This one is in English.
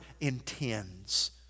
intends